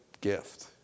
gift